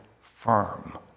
firm